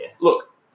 Look